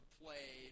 play